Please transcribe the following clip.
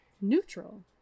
neutral